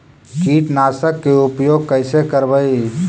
कीटनाशक के उपयोग कैसे करबइ?